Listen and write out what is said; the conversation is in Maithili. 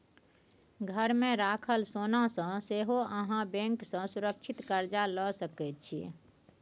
घरमे राखल सोनासँ सेहो अहाँ बैंक सँ सुरक्षित कर्जा लए सकैत छी